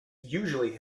usually